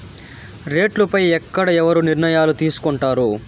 రేట్లు పై ఎక్కడ ఎవరు నిర్ణయాలు తీసుకొంటారు?